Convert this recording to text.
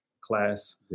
class